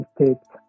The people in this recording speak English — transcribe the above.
States